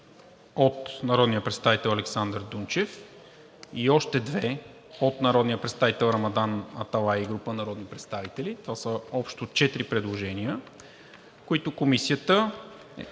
от народния представител Александър Дунчев и двете на народния представител Рамадан Аталай и група народни представители – това са общо четири предложения, които Комисията